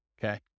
Okay